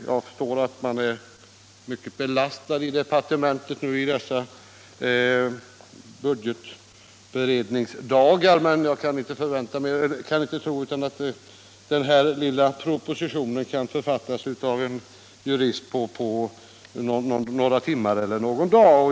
Jag förstår att man är mycket belastad i departementet nu i dessa budgetberedningsdagar, men jag kan inte tro annat än att den här lilla propositionen kan författas av en jurist på några timmar eller någon dag.